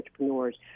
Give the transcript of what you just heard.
entrepreneurs